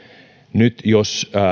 nyt jos